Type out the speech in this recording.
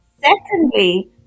secondly